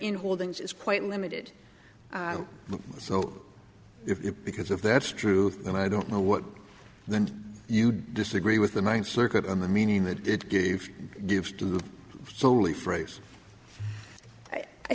in holdings is quite limited so if you because of that's true and i don't know what then you disagree with the ninth circuit and the meaning that it gave gives to the solely phrase i